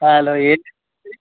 ಹಾಲೋ ಏನು